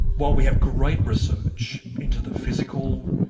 while we have great research into the physical,